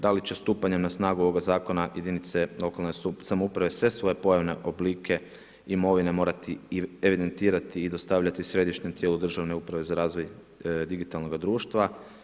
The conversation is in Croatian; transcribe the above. Da li će stupanjem na snagu ovoga zakona jedinice lokalne samouprave sve svoje pojavne oblike imovine morati evidentirati i dostavljati središnjem tijelu državne uprave za razvoj digitalnoga društva?